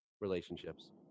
relationships